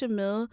med